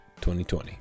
2020